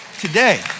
today